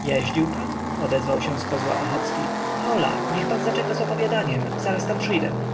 jeździł pan odezwał się z kozła ochocki hola niech pan zaczeka z opowiadaniem zaraz tam przyjdę